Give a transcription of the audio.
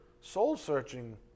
soul-searching